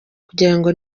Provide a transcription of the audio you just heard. kugirango